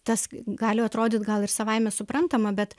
tas gali atrodyt gal ir savaime suprantama bet